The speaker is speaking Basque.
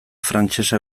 frantsesa